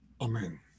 Amen